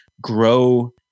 grow